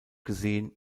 gesehen